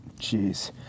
Jeez